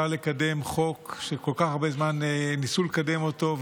לקדם חוק שכל כך הרבה זמן ניסו לקדם אותו.